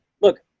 look